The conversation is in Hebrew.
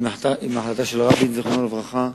עם החלטה של רבין, זיכרונו לברכה.